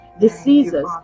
diseases